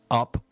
up